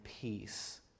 peace